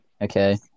Okay